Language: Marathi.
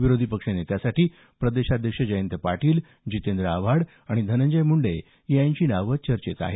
विरोधी पक्षनेत्यासाठी प्रदेशाध्यक्ष जयंत पाटील जितेंद्र आव्हाड आणि धनंजय मुंडे यांची नावं चर्चेत आहेत